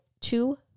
two